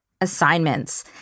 assignments